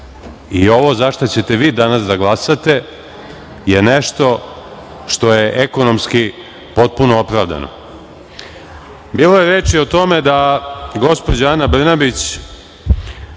i ovo za šta ćete vi danas da glasate je nešto što je ekonomski potpuno opravdano. Bilo je reči o tome da gospođa Ana Brnabić